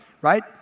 Right